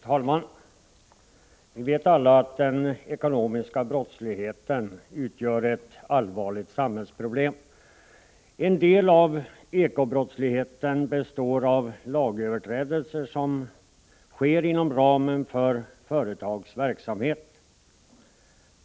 Herr talman! Vi vet alla att den ekonomiska brottsligheten utgör ett allvarligt samhällsproblem. En del av ekobrottsligheten består av lagöverträdelser som sker inom ramen för företags verksamhet.